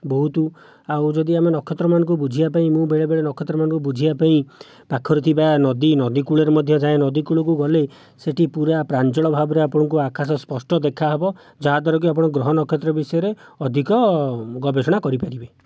ବହୁତ ଆଉ ଯଦି ଆମେ ନକ୍ଷତ୍ରମାନଙ୍କୁ ବୁଝିବା ପାଇଁ ମୁଁ ବେଳେ ବେଳେ ନକ୍ଷତ୍ରମାନଙ୍କୁ ବୁଝିବା ପାଇଁ ପାଖରେ ଥିବା ନଦୀ ନଦୀ କୂଳରେ ମଧ୍ୟ ଯାଏ ନଦୀ କୂଳକୁ ଗଲେ ସେଠି ପୂରା ପ୍ରାଞ୍ଜଳ ଭାବରେ ଆପଣଙ୍କୁ ଆକାଶ ସ୍ପଷ୍ଟ ଦେଖା ହେବ ଯାହାଦ୍ୱାରା କି ଆପଣ ଗ୍ରହ ନକ୍ଷତ୍ର ବିଷୟରେ ଅଧିକ ଗବେଷଣା କରିପାରିବେ